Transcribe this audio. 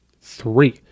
Three